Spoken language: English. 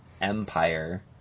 empire